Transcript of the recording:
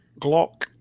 Glock